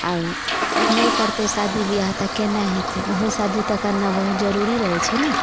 आओर नहि करतै शादी ब्याह तऽ केना हेतै ओहो शादी तऽ करना बहुत जरूरी रहैत छै ने